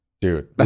Dude